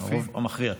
הרוב המכריע.